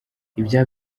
ibya